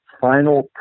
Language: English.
final